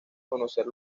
conocer